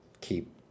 keep